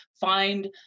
Find